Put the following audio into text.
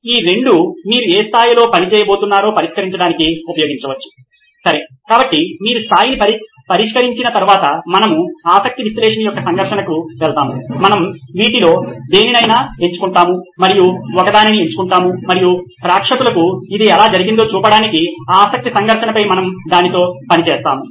కాబట్టి ఈ రెండు మీరు ఏ స్థాయిలో పని చేయబోతున్నారో పరిష్కరించడానికి ఉపయోగించవచ్చు సరే కాబట్టి మీరు స్థాయిని పరిష్కరించిన తర్వాత మనము ఆసక్తి విశ్లేషణ యొక్క సంఘర్షణకు వెళ్తాము మనము వీటిలో దేనినైనా ఎంచుకుంటాము మరియు ఒకదాన్ని ఎంచుకుంటాము మరియు ప్రేక్షకులకు ఇది ఎలా జరిగిందో చూపించడానికి ఆసక్తి సంఘర్షణపై మనము దానితో పని చేస్తాము